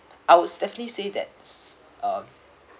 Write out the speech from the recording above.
I would definitely say that's um